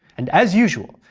and as usual,